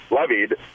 levied